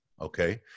okay